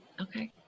okay